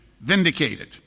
vindicated